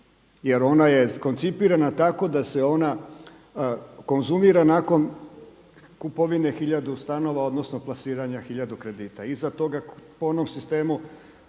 jer ona je koncipirana tako da se ona konzumira nakon kupovine hiljadu stanova odnosno plasiranja hiljadu kredita. Iza toga po onom sistemu